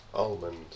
Almond